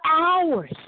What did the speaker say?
hours